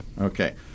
Okay